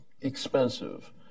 expensive